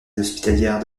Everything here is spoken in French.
hospitalières